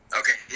okay